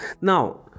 Now